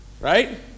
Right